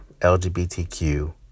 LGBTQ